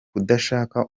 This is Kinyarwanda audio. kudashaka